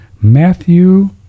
Matthew